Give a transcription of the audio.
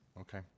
okay